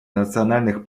национальных